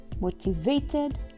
motivated